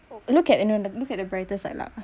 look at you know look at the brighter side lah